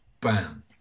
Bam